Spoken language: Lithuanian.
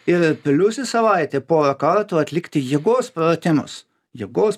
ir plius į savaitę porą kartų atlikti jėgos pratimus jėgos